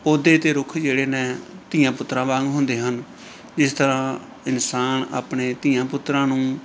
ਪੌਦੇ ਅਤੇ ਰੁੱਖ ਹੀ ਜਿਹੜੇ ਨੇ ਧੀਆਂ ਪੁੱਤਰਾਂ ਵਾਂਗ ਹੁੰਦੇ ਹਨ ਜਿਸ ਤਰ੍ਹਾਂ ਇਨਸਾਨ ਆਪਣੇ ਧੀਆਂ ਪੁੱਤਰਾਂ ਨੂੰ